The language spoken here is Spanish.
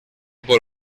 por